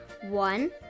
One